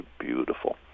beautiful